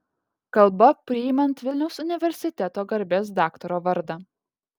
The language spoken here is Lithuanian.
kalba priimant vilniaus universiteto garbės daktaro vardą